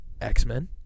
X-Men